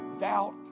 Doubt